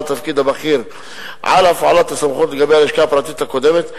התפקיד הבכיר על הפעלת הסמכות לגבי הלשכה הפרטית הקודמת,